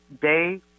day